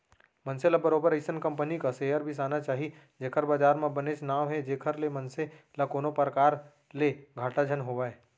मनसे ल बरोबर अइसन कंपनी क सेयर बिसाना चाही जेखर बजार म बनेच नांव हे जेखर ले मनसे ल कोनो परकार ले घाटा झन होवय